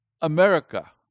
America